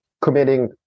committing